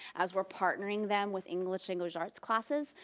as we're partnering them with english language arts classes,